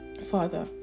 father